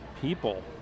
people